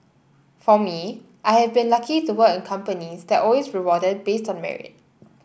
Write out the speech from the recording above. for me I have been lucky to work in companies that always rewarded based on merit